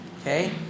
okay